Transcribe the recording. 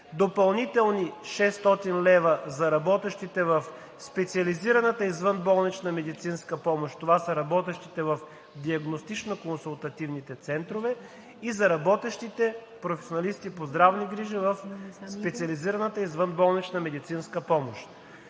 допълнителни 600 лв. за работещите в специализираната извънболнична медицинска помощ – това са работещите в диагностично-консулативните центрове, и за работещите професионалисти по здравни грижи в специализираната извънболнична медицинска помощ.